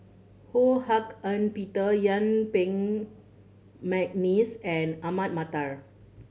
Ho Hak Ean Peter Yuen Peng McNeice and Ahmad Mattar